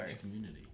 community